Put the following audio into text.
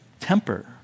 temper